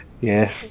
Yes